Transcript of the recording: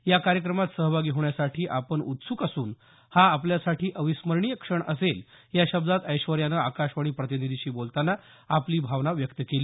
या कार्यक्रमात सहभागी होण्यासाठी आपण उत्सुक असून हा आपल्यासाठी अविस्मरणीय क्षण असेल या शब्दात ऐश्वर्याने आकाशवाणी प्रतिनिधीशी बोलताना आपली भावना व्यक्त केली